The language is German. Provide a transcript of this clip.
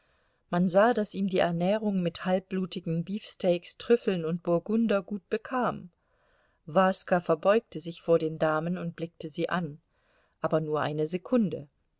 man sah daß ihm die ernährung mit halbblutigen beefsteaks trüffeln und burgunder gut bekam waska verbeugte sich vor den damen und blickte sie an aber nur eine sekunde